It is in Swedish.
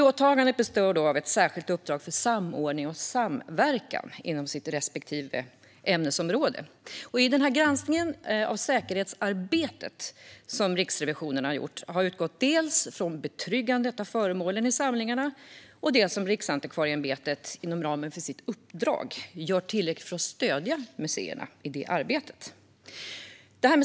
Åtagandet består i ett särskilt uppdrag för samordning och samverkan inom det som är respektive museums ämnesområde. Den granskning av säkerhetsarbetet som Riksrevisionen har gjort har utgått dels från betryggandet av föremålen i samlingarna, dels från frågeställningen om Riksantikvarieämbetet inom ramen för sitt museiuppdrag gör tillräckligt för att stödja museerna i det arbetet.